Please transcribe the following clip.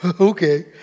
okay